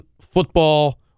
football